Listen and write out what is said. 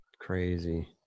crazy